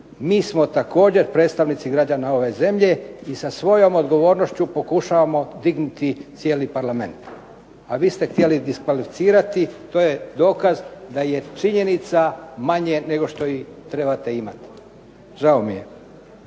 Mi smo također predstavnici građana ove zemlje i sa svojom odgovornošću pokušavamo dignuti cijeli Parlament, a vi ste htjeli diskvalificirati, to je dokaz da je činjenica manje nego što i trebate imati. Žao mi je.